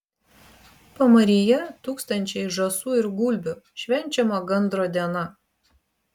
pamaryje tūkstančiai žąsų ir gulbių švenčiama gandro diena